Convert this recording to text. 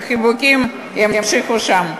חיבוקים יימשכו שם.